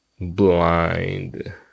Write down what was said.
blind